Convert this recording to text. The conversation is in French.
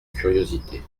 curiosité